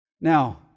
Now